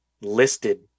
listed